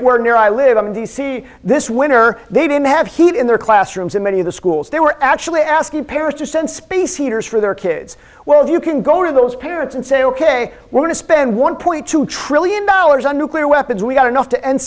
where near i live in d c this winter they didn't have heat in their classrooms in many of the schools they were actually asking parents to send space heaters for their kids well you can go to those parents and say ok we're going to spend one point two trillion dollars on nuclear weapons we've got enough to end